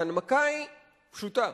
ההנמקה היא פשוטה: